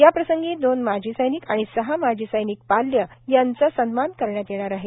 याप्रसंगी दोन माजी सैनिक आणि सहा माजी सैनिक पाल्या यांचा सन्मान करण्यात येणार आहे